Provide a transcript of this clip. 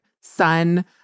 sun